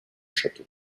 château